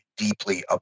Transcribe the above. deeply